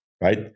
right